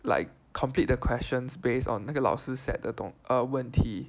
like complete the questions based on 那个老师 set 的东 err 问题